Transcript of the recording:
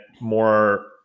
more